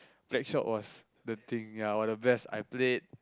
blackshot was the thing ya one of the best I played